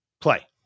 play